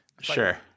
Sure